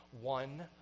one